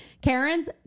Karen's